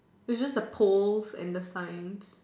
its just a poles and the sign